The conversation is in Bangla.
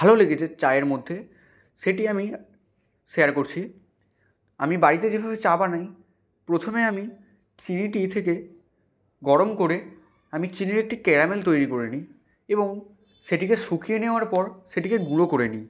ভালো লেগেছে চায়ের মধ্যে সেটি আমি শেয়ার করছি আমি বাড়িতে যেভাবে চা বানাই প্রথমে আমি চিনিটি থেকে গরম করে আমি চিনির একটি ক্যারামেল তৈরি করে নিই এবং সেটিকে শুকিয়ে নেবার পর সেটিকে গুঁড়ো করে নিই